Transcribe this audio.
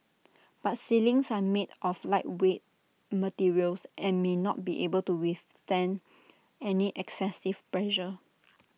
but ceilings are made of lightweight materials and may not be able to withstand any excessive pressure